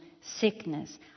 sickness